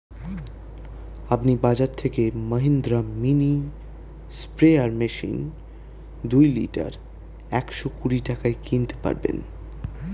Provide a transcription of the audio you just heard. আপনি বাজর থেকে মহিন্দ্রা মিনি স্প্রেয়ার মেশিন দুই লিটার একশো কুড়ি টাকায় কিনতে পারবেন